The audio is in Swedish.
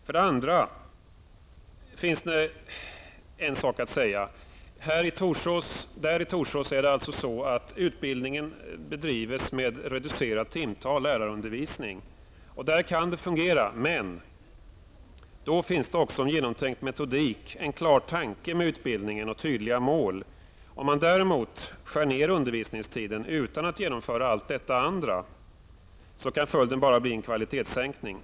För det andra vill jag säga att utbildningen i Torsås bedrivs på ett sådant sätt at den lärarledda undervisningen sker under ett reducerat antal timmar. Där kan detta fungera, men då finns det också en genomtänkt metodik och en klar tanke med utbildningen och tydliga mål. Om man däremot skär ned undervisningstiden utan att genomföra allt det andra kan följden bara bli en kvalitetsförsämring.